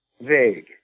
vague